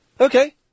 Okay